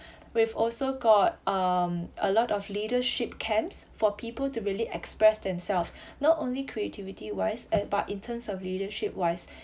we've also got um a lot of leadership camps for people to really express themselves not only creativity wise uh but in terms of leadership wise